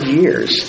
years